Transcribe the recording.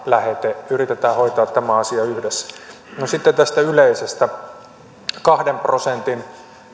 lähete yritetään hoitaa tämä asia yhdessä no sitten tästä yleisestä kahden prosentin